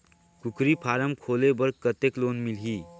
कूकरी फारम खोले बर कतेक लोन मिलही?